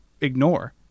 ignore